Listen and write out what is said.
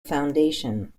foundation